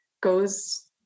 goes